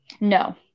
No